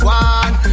one